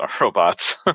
robots